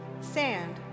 Sand